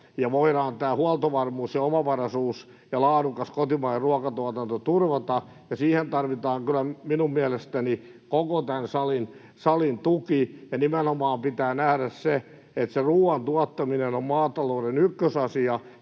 ja voidaan huoltovarmuus ja omavaraisuus ja laadukas kotimainen ruokatuotanto turvata. Siihen tarvitaan kyllä minun mielestäni koko tämän salin tuki, ja nimenomaan pitää nähdä se, että se ruoan tuottaminen on maatalouden ykkösasia.